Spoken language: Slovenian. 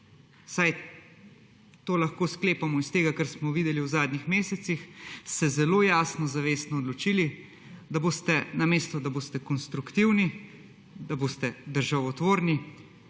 vsaj tako lahko sklepamo iz tega, kar smo videli v zadnjih mesecih, se zelo jasno, zavestno odločili, namesto da boste konstruktivni, da boste državotvorni,